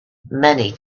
many